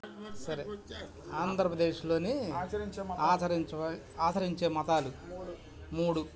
సరే ఆంధ్రప్రదేశ్లోని ఆచరించ ఆచరించే మతాలు మూడు